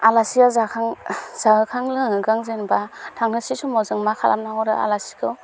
आलासिया जाखां जाहोखां लोंहोखां जेनेबा थांनोसै समाव जों मा खालामना हरो आलासिखौ